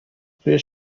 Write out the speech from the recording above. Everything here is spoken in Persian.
توی